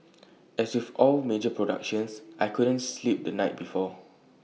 as with all major productions I couldn't sleep the night before